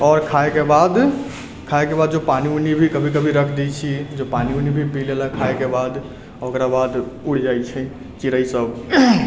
आओर खाइके बाद खाइके बाद जो पानि उनी भी कभी कभी रख दै छी जो पानि उनी भी पी लेलक खाइके बाद ओकरा बाद उड़ि जाइ छै चिड़ै सब